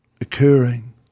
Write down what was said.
occurring